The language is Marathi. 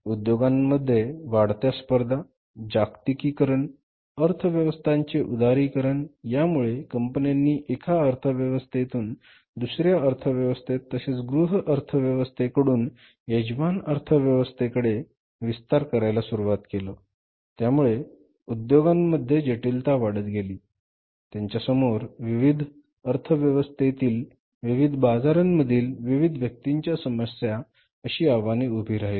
उद्योगांमध्ये वाढत्या स्पर्धा जागतिकीकरण अर्थव्यवस्थांचे उदारीकरण यामुळे कंपन्यांनी एका अर्थव्यवस्थेतून दुसऱ्या अर्थव्यवस्थेत तसेच गृह अर्थव्यवस्थेकडून यजमान अर्थव्यवस्थेकडे विस्तार करायला सुरु केलं त्यामुळे उद्योगांमध्ये जटिलता वाढत गेली त्यामुळे त्यांच्यासमोर विविध अर्थव्यवस्थेतील विविध बाजारांमधील विविध व्यक्तींच्या समस्या अशी आव्हाने उभी राहिली